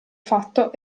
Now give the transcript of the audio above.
fatto